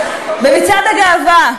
במצעד הגאווה,